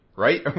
right